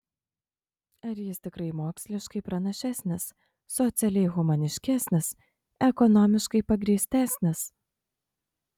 ar jis tikrai moksliškai pranašesnis socialiai humaniškesnis ekonomiškai pagrįstesnis